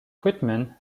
quitman